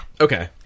Okay